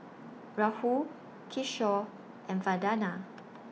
Rahul Kishore and Vandana